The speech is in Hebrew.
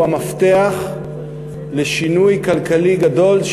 הוא המפתח לשינוי כלכלי גדול,